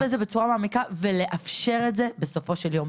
לדון בזה בצורה מעמיקה ולאפשר את זה בסופו של יום.